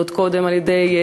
ועוד קודם על-ידי,